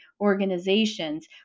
organizations